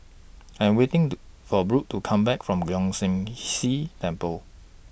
I'm waiting The For Brook to Come Back from Leong San See Temple